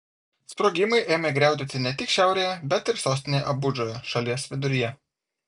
sprogimai ėmė griaudėti ne tik šiaurėje bet ir sostinėje abudžoje šalies viduryje